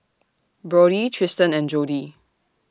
Brody Tristan and Jody